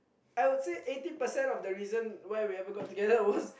I would say eighty percent of the reason why we ever got together was